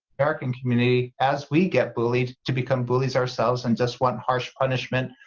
american community, as we get bullied to become bullies ourselves and just want harsh punishment.